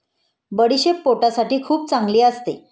बडीशेप पोटासाठी खूप चांगली असते